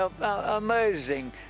amazing